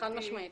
חד-משמעית.